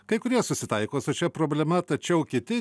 kai kurie susitaiko su šia problema tačiau kiti